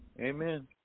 Amen